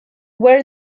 were